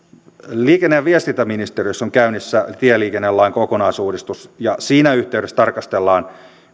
liikenne ja viestintäministeriössä on käynnissä tieliikennelain kokonaisuudistus ja siinä yhteydessä tarkastellaan